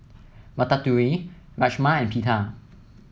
Ratatouille Rajma and Pita